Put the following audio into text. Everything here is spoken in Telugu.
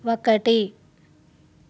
ఒకటి